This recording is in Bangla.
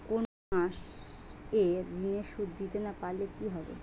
কোন মাস এ ঋণের সুধ দিতে না পারলে কি হবে?